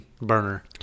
burner